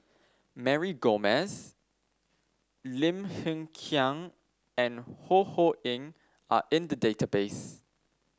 Mary Gomes Lim Hng Kiang and Ho Ho Ying are in the database